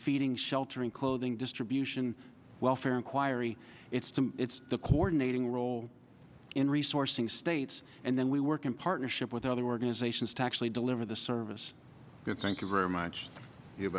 feeding sheltering clothing distribution welfare inquiry it's to it's the coordinating role in resourcing states and then we work in partnership with other organizations to actually deliver the service that thank you very much